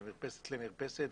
ממרפסת למרפסת,